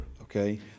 okay